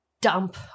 dump